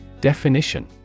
Definition